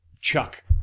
Chuck